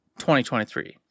2023